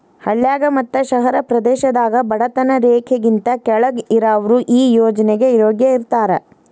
ಹಳ್ಳಾಗ ಮತ್ತ ಶಹರ ಪ್ರದೇಶದಾಗ ಬಡತನ ರೇಖೆಗಿಂತ ಕೆಳ್ಗ್ ಇರಾವ್ರು ಈ ಯೋಜ್ನೆಗೆ ಯೋಗ್ಯ ಇರ್ತಾರ